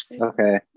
Okay